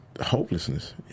hopelessness